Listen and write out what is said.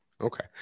Okay